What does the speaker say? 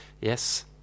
Yes